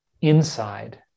inside